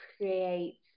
create